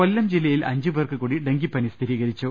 കൊല്ലം ജില്ലയിൽ അഞ്ചു പേർക്ക് കൂട്ടി ഡ്രെങ്കിപ്പനി സ്ഥിരീ കരിച്ചു